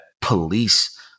police